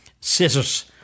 scissors